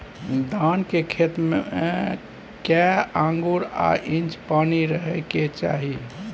धान के खेत में कैए आंगुर आ इंच पानी रहै के चाही?